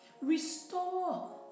Restore